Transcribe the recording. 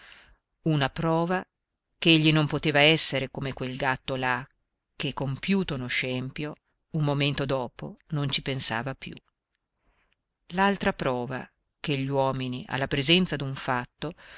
una prova che egli non poteva essere come quel gatto là che compiuto uno scempio un momento dopo non ci pensava più l'altra prova che gli uomini alla presenza d'un fatto